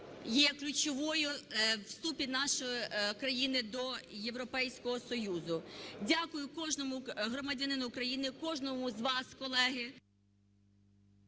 є ключовою у вступі нашої країни до Європейського Союзу. Дякую кожному громадянину України, кожному з вас, колеги.